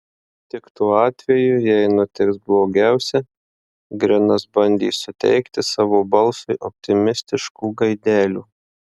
tik tuo atveju jei nutiks blogiausia grinas bandė suteikti savo balsui optimistiškų gaidelių